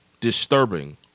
disturbing